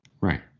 Right